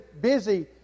busy